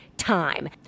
time